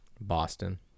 Boston